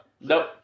Nope